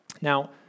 Now